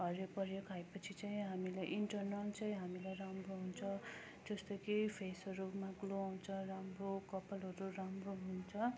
हरियो परियो खाएपछि चाहिँ हामीलाई इन्टरनल चाहिँ हामीलाई राम्रो हुन्छ जस्तो कि फेसहरूमा ग्लो आउँछ राम्रो कपालहरू राम्रो हुन्छ